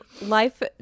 life